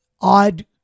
Odd